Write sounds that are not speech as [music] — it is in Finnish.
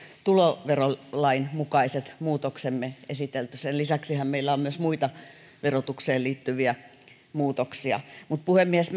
tuloverolain mukaiset muutoksemme esitelty sen lisäksihän meillä on myös muita verotukseen liittyviä muutoksia mutta puhemies [unintelligible]